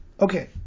Okay